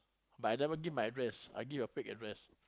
but I never give my address I give a fake address